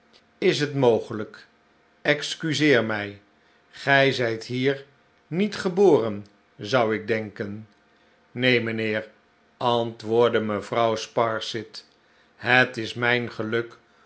is het mogelijk excuseermij gij zijt hier niet geboren zou ik denken neen mijnheer antwoordde mevrouw sparsit het is mijn geluk